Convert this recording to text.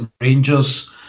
Rangers